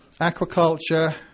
aquaculture